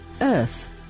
earth